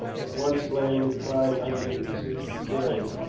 at once landed five hundred and sixty sailors,